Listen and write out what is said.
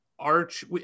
arch